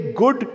good